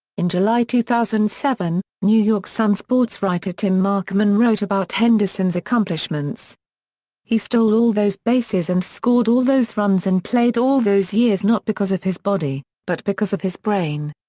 in july two thousand and seven, new york sun sportswriter tim marchman wrote about henderson's accomplishments he stole all those bases and scored all those runs and played all those years not because of his body, but because of his brain.